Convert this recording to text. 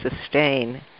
sustain